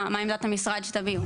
אז מה עמדת המשרד שתביעו?